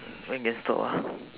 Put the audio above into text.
when can stop ah